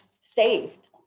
saved